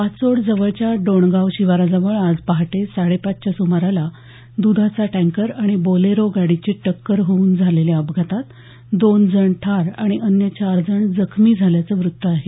पाचोड जवळच्या डोणगाव शिवाराजवळ आज पहाटे साडेपाचच्या सुमाराला द्धाचा टँकर आणि बोलेरो गाडीची टक्कर होऊन झालेल्या अपघातात दोन जण ठार आणि अन्य चार जण जखमी झाल्याचं व्रत्त आहे